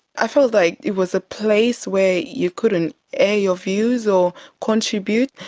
i felt like it was a place where you couldn't air your views or contribute,